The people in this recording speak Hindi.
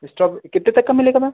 कितने तक का मिलेगा मैम